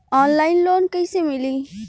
Online loan कइसे मिली?